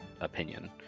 opinion